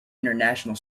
international